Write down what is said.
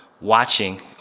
watching